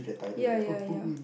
ya ya ya